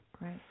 Right